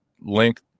link